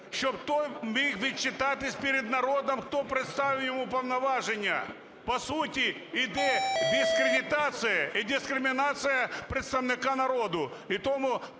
щоб той міг відчитатись перед народом, хто представив йому повноваження. По суті іде дискредитація і дискримінація представника народу.